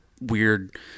weird